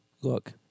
Look